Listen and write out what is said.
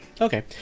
okay